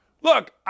Look